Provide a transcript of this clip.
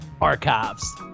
archives